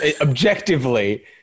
Objectively